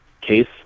case